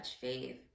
faith